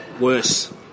worse